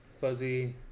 fuzzy